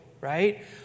right